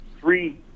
three